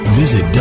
visit